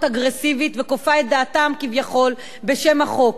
אגרסיבית וכופה את דעתה כביכול בשם החוק.